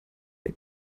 der